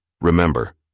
Remember